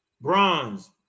Bronze